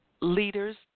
leaders